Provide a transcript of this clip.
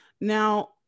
now